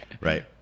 Right